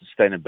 sustainability